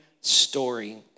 story